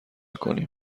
کنیم